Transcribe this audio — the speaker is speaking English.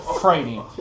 Frightening